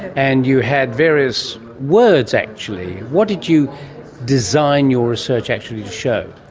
and you had various words actually. what did you design your research actually to show?